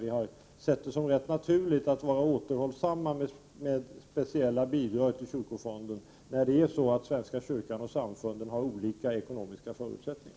Vi har sett det som rätt naturligt att vara återhållsamma med särskilda bidrag till kyrkofonden, eftersom svenska kyrkan och samfunden har olika ekonomiska förutsättningar.